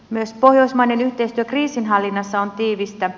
myös pohjoismainen yhteistyö kriisinhallinnassa on tiivistä